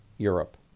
Europe